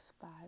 five